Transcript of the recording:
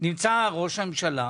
נמצא ראש הממשלה,